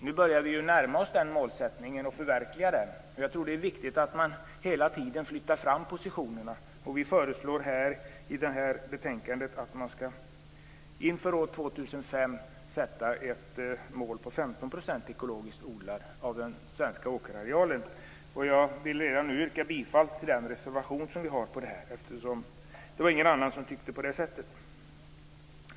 Nu börjar vi närma oss den målsättningen och förverkliga den. Det är viktigt att man hela tiden flyttar fram positionerna. Centerpartiet föreslår i det här betänkandet att man skall inför år 2005 sätta ett mål på 15 % ekologiskt odlad mark av den svenska åkerarealen. Jag vill redan nu yrka bifall till den reservation som vi har om detta, eftersom det inte var någon annan som tyckte på det sättet.